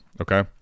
okay